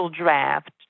draft